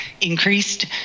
increased